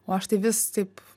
o aš tai vis taip